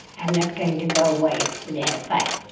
i'm not going to go away without a fight.